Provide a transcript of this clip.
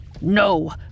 No